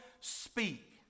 speak